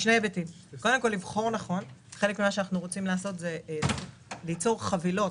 חלק ממה שאנחנו רוצים לעשות זה ליצור חבילות,